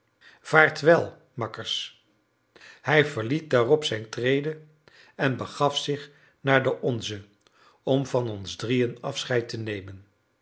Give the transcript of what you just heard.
vaartwel makkers hij verliet daarop zijn trede en begaf zich naar de onze om van ons drieën afscheid te nemen